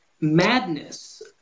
madness